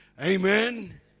Amen